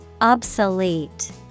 Obsolete